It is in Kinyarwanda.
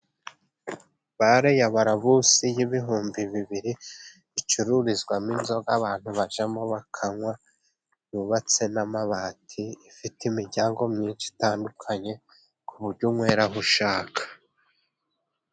Bare ya barabusi y'ibihumbi bibiri, icururizwamo inzoga abantu bajyamo bakanywa, yubatse n'amabati ifite imiryango myinshi itandukanye, ku buryo unywera aho ushaka.